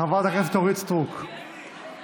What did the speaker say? חברת הכנסת אורית סטרוק, מוותרת.